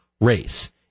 race